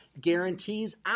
guarantees